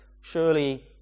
surely